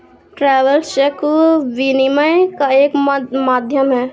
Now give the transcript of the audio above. travellers cheque विनिमय का एक माध्यम है